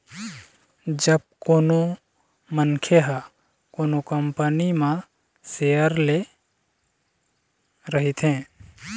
जब कोनो मनखे ह कोनो कंपनी म सेयर ले रहिथे